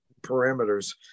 parameters